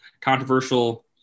controversial